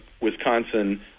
Wisconsin